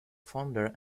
founder